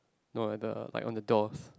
no at the like on the doors